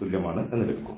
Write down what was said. തുല്യമാണ് എന്ന് ലഭിക്കും